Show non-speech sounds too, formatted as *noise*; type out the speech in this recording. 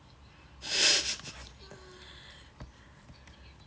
*laughs*